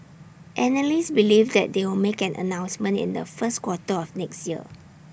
analysts believe that they will make an announcement in the first quarter of next year